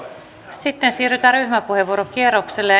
sitten siirrytään ryhmäpuheenvuorokierrokselle